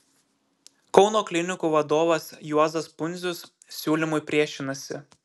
kauno klinikų vadovas juozas pundzius siūlymui priešinasi